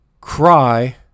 cry